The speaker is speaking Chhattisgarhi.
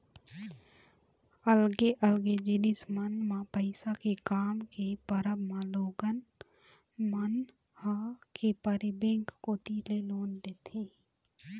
अलगे अलगे जिनिस मन म पइसा के काम के परब म लोगन मन ह के परे बेंक कोती ले लोन लेथे ही